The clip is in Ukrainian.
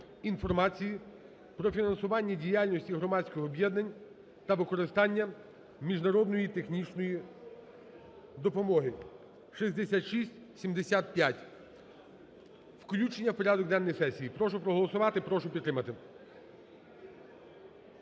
інформації про фінансування діяльності громадських об'єднань та використання міжнародної технічної допомоги (6675). Включення в порядок денний сесії. Прошу проголосувати, прошу підтримати.